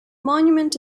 monument